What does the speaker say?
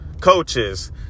coaches